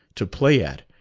to play at,